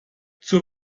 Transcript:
zur